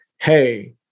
hey